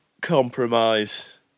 compromise